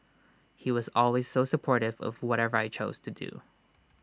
he was always so supportive of whatever I chose to do